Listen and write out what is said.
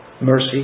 Mercy